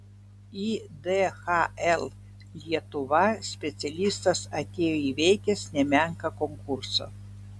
į dhl lietuva specialistas atėjo įveikęs nemenką konkursą